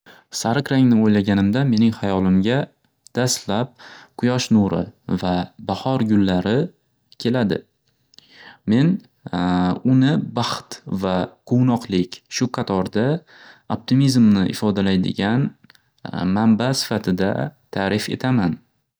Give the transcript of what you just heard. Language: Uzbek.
Sariq rangni o'ylaganimda mening hayolimga daslab quyosh nuri va bahor gullari keladi. Men uni baxt va quvnoqlik, shu qatorda optimizmni ifodalaydigan manba sifatida taʼrif etaman.